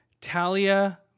Talia